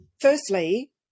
firstly